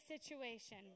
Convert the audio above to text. situation